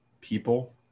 people